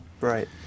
Right